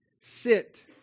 sit